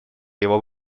его